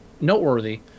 noteworthy